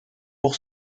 pour